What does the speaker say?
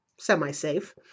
semi-safe